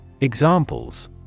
Examples